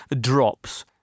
drops